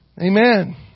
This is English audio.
Amen